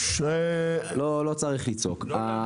לא, לא צריך לצעוק.